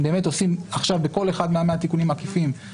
האם באמת עושים עכשיו בדיקה בכל אחד מ-105 התיקונים העקיפים,